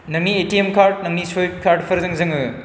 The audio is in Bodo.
नोंनि एटिएम कार्ड नोंंनि सुइफ कार्डफोरजों जोङो